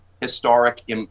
historic